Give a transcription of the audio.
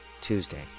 Tuesday